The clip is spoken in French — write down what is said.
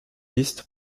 listes